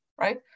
Right